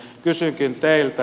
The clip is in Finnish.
kysynkin teiltä